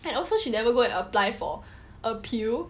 and also she never go and apply for appeal